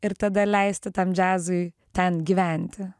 ir tada leisti tam džiazui ten gyventi